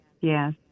yes